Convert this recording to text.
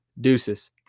Deuces